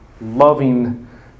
loving